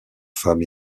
femmes